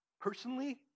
personally